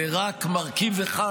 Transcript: ורק מרכיב אחד,